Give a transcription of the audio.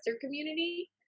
community